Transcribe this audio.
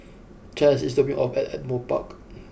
Chaz is dropping me off at Ardmore Park